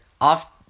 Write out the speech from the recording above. off